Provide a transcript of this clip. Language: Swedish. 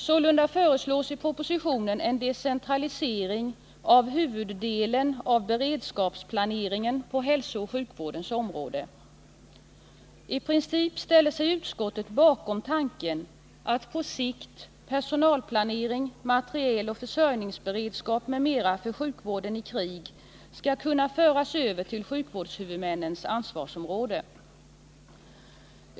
Sålunda föreslås i propositionen en decentralisering av huvuddelen av beredskapsplaneringen på hälsooch sjukvårdens område. I princip ställer sig utskottet bakom tanken att på sikt personalplanering, materieloch försörjningsberedskap m.m. för sjukvården i krig skall kunna föras över till sjukvårdshuvudmännens ansvarsområde.